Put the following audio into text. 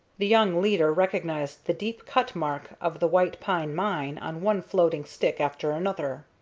the young leader recognized the deep-cut mark of the white pine mine on one floating stick after another.